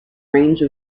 range